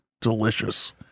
delicious